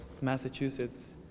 Massachusetts